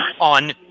on